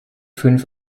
fünf